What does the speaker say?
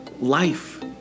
life